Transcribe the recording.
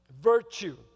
Virtue